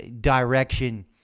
direction